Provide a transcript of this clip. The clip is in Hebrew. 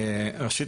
ראשית,